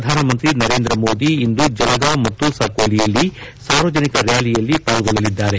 ಪ್ರಧಾನಮಂತ್ರಿ ನರೇಂದ್ರ ಮೋದಿ ಇಂದು ಜಲಗಾಂವ್ ಮತ್ತು ಸಕೋಲಿಯಲ್ಲಿ ಸಾರ್ವಜನಿಕ ರ್ಕಾಲಿಯಲ್ಲಿ ಪಾಲ್ಗೊಳ್ಳಲಿದ್ದಾರೆ